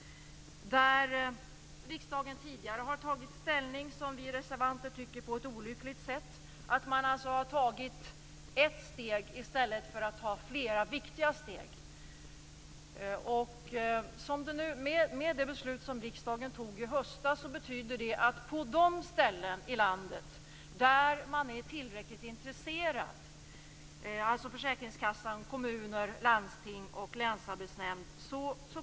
Riksdagen har tidigare tagit ställning på ett som vi reservanter tycker olyckligt sätt. Man har tagit ett steg i stället för att ta flera viktiga steg. Det beslut som riksdagen fattade i höstas betyder att det kommer att fungera på de ställen i landet där man är tillräckligt intresserad, dvs. på försäkringskassan, i kommuner, i landsting och på länsarbetsnämnder.